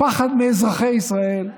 מאזרחי ישראל.